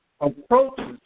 approaches